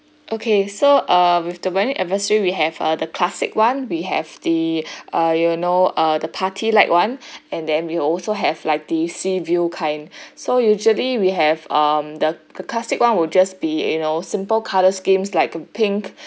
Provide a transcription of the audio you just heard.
okay so uh with the wedding anniversary we have uh the classic [one] we have the uh you know uh the party light [one] and then we also have like the sea view kind so usually we have um the classic [one] would just be you know simple colour schemes like purp~ pink